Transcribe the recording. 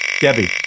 Debbie